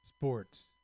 sports